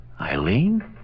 Eileen